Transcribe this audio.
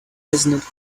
resonant